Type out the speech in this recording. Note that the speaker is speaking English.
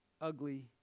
Ugly